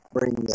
Bring